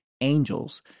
angels